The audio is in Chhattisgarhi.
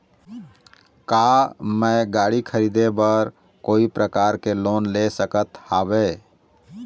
का मैं गाड़ी खरीदे बर कोई प्रकार के लोन ले सकत हावे?